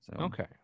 Okay